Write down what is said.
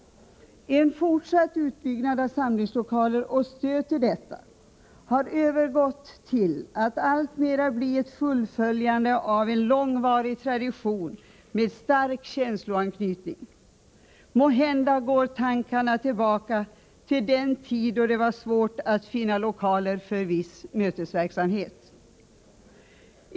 En fortsatt utbyggnad av samlingslokaler och stöd härtill har övergått till att alltmera bli ett fullföljande av en långvarig tradition med stark känsloanknytning. Måhända går tankarna tillbaka till den tid då det var svårt att finna lokaler för viss mötesverksamhet.